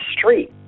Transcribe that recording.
street